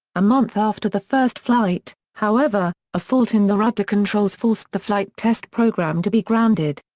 a month after the first flight, however, a fault in the rudder controls forced the flight-test program to be grounded.